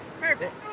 Perfect